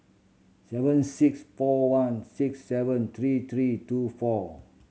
seven six four one six seven three three two four